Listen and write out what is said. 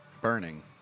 Burning